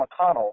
McConnell